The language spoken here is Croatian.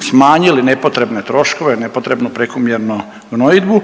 smanjili nepotrebne troškove, nepotrebnu prekomjernu gnojidbu,